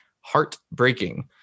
heartbreaking